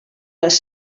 les